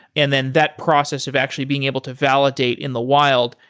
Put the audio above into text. and then that process of actually being able to validate in the wild,